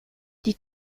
die